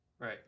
Right